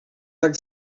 tak